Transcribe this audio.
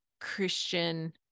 Christian